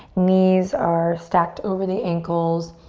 knees are stacked over the ankles.